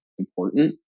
important